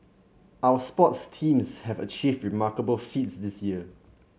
our sports teams have achieved remarkable feats this year